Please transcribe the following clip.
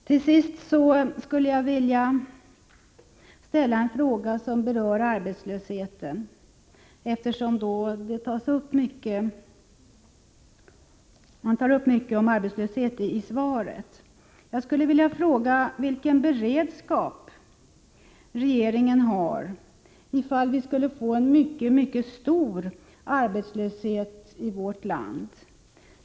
Till sist skulle jag vilja ställa en fråga som berör arbetslösheten, eftersom den togs upp också i svaret: Vilken beredskap har regeringen ifall vi skulle få en mycket stor arbetslöshet i vårt land?